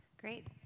Great